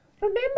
Remember